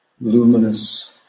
luminous